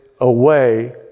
away